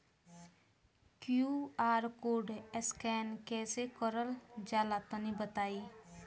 QR code scan कैसे क़रल जला तनि बताई?